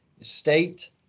state